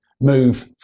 move